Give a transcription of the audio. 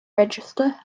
register